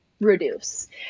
reduce